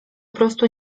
prostu